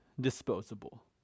disposable